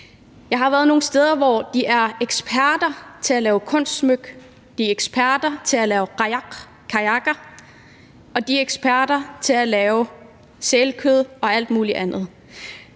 Jeg har været nogle steder, hvor de er eksperter i at lave smykkekunst; de er eksperter i at lave kajakker, og de er eksperter i at forarbejde sælkød og alt muligt andet.